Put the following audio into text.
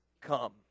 come